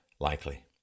likely